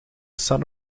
son